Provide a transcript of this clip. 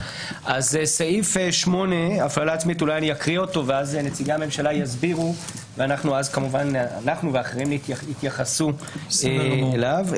את סעיף 8 ולאחר מכן נציגי הממשלה יסבירו ואנחנו ואחרים נתייחס אליו.